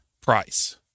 Price